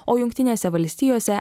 o jungtinėse valstijose